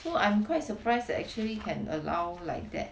so I'm quite surprised that actually can allow like that